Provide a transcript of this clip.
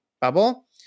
bubble